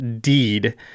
Deed